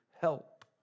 help